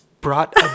brought